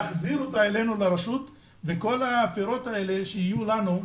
להחזיר אותה אלינו לרשות וכל הפירות האלה שיהיו לנו.